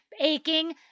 aching